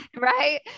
Right